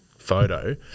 photo